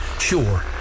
Sure